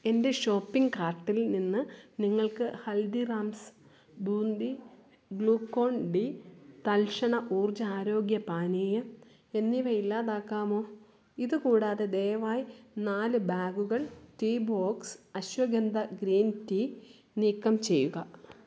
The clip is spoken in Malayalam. എന്റെ ഷോപ്പിങ് കാർട്ടിൽ നിന്ന് നിങ്ങൾക്ക് ഹൽദിറാംസ് ബൂന്തി ഗ്ലൂക്കോൺ ഡി തൽക്ഷണ ഊർജ്ജ ആരോഗ്യ പാനീയം എന്നിവ ഇല്ലാതാക്കാമോ ഇത് കൂടാതെ ദയവായി നാല് ബാഗുകൾ tea box ashwagandha green tea നീക്കം ചെയ്യുക